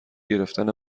گرفتن